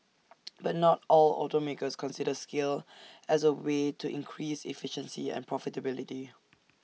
but not all automakers consider scale as A way to increased efficiency and profitability